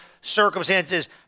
circumstances